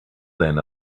then